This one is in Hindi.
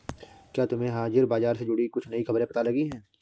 क्या तुम्हें हाजिर बाजार से जुड़ी कुछ नई खबरें पता लगी हैं?